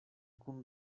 kun